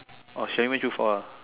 or shall we do for her